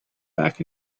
back